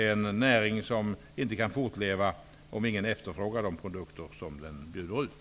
En näring kan inte fortleva om ingen efterfrågar de produkter den bjuder ut.